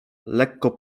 lekko